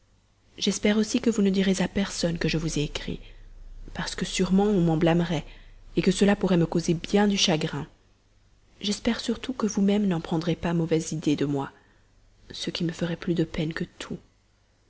j'espère aussi que vous ne direz à personne que je vous ai écrit parce que sûrement on m'en blâmerait que cela pourrait me causer bien du chagrin j'espère surtout que vous même vous n'en prendrez pas mauvaise idée de moi ce qui me ferait plus de peine que tout